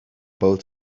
both